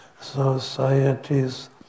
societies